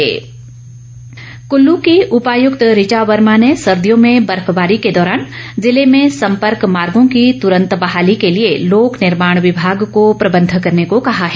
उपायुक्त कुल्लू की उपायुक्त ऋचा वर्मा ने सर्दियों में बर्फबारी के दौरान जिले में संपर्क मार्गों की तुरंत बहाली के लिए लोक निर्माण विभाग को प्रबंध करने को कहा है